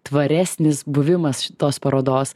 tvaresnis buvimas šitos parodos